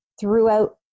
throughout